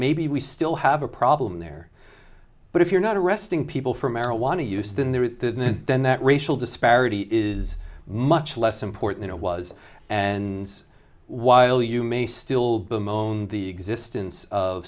maybe we still have a problem there but if you're not arresting people for marijuana use then there is then then that racial disparity is much less important it was and while you may still be mown the existence of